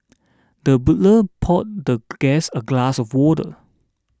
the butler poured the guest a glass of water